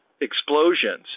explosions